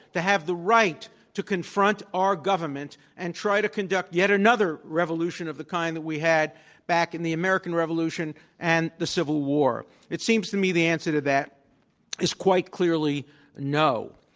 have the right to confront our government and try to conduct yet another revolution of the kind that we had back in the american revolution and the civil war? it seems to me the answer to that is quite clearly no.